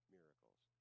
miracles